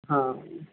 ਹਾਂ